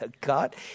God